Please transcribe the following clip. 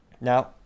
Now